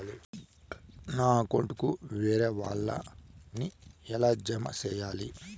నా అకౌంట్ కు వేరే వాళ్ళ ని ఎలా జామ సేయాలి?